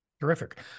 Terrific